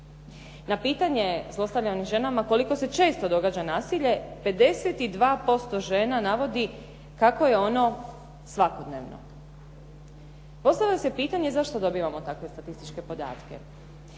Na pitanje zlostavljanim ženama koliko se često događa nasilje 52% žena navodi kako je ono svakodnevno. Postavlja se pitanje zašto dobivamo takve statističke podatke?